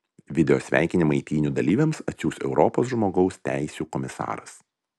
video sveikinimą eitynių dalyviams atsiųs europos žmogaus teisių komisaras